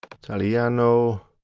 italiano.